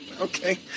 Okay